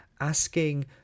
asking